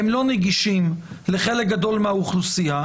הם לא נגישים לחלק גדול מהאוכלוסייה.